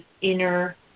inner